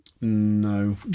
No